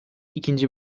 ikinci